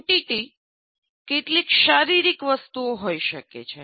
entity કેટલીક શારીરિક વસ્તુઓ હોઈ શકે છે